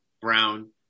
Brown